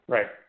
Right